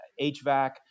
HVAC